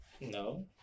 No